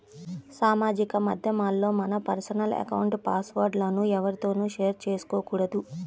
సామాజిక మాధ్యమాల్లో మన పర్సనల్ అకౌంట్ల పాస్ వర్డ్ లను ఎవ్వరితోనూ షేర్ చేసుకోకూడదు